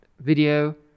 video